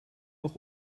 auch